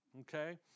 Okay